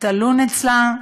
תלון אצלה,